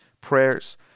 prayers